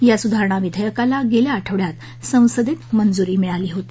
या सुधारणा विधेयकाला गेल्या आठवड्यात संसदेत मंजुरी मिळाली होती